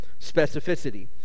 specificity